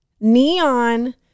neon